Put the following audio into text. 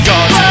God